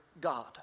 God